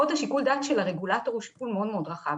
בעוד ששיקול הדעת של הרגולטור הוא שיקול מאוד מאוד רחב